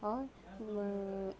और